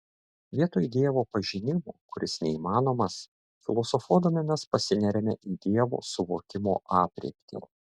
vietoj dievo pažinimo kuris neįmanomas filosofuodami mes pasineriame į dievo suvokimo aprėptį